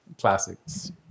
Classics